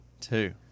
Two